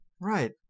right